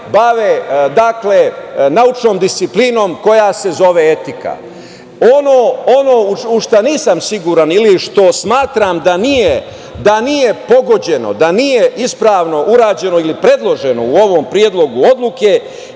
se bave naučnom disciplinom koja se zove etika. Ono u šta nisam siguran ili što smatram da nije pogođeno, da nije ispravno urađeno i predloženo u ovom Predlogu odluke